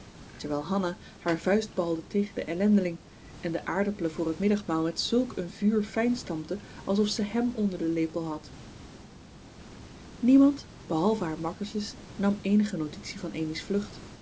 terwijl hanna haar vuist balde tegen den ellendeling en de aardappelen voor het middagmaal met zulk een vuur fijnstampte alsof ze hem onder den lepel had niemand behalve haar makkertjes nam eenige notitie van amy's vlucht